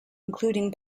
including